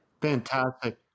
Fantastic